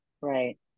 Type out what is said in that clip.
Right